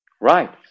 right